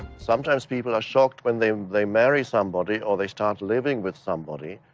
sometimes people are shocked when they they marry somebody or they start living with somebody,